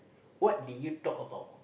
what did you talk about